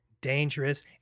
dangerous